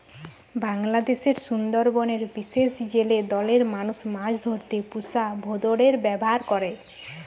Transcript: বাংলাদেশের সুন্দরবনের বিশেষ জেলে দলের মানুষ মাছ ধরতে পুষা ভোঁদড়ের ব্যাভার করে